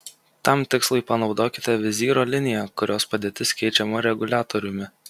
tam tikslui panaudokite vizyro liniją kurios padėtis keičiama reguliatoriumi